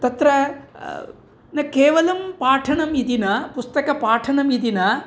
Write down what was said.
तत्र न केवलं पाठनम् इति न पुस्तकपाठनम् इति न